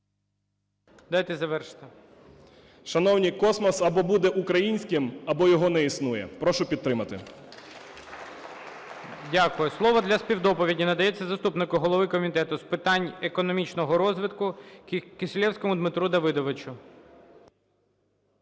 Дайте завершити. НАТАЛУХА Д.А. Шановні, космос або буде українським, або його не існує. Прошу підтримати. ГОЛОВУЮЧИЙ. Дякую. Слово для співдоповіді надається заступнику голови Комітету з питань економічного розвитку Кисилевському Дмитру Давидовичу.